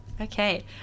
Okay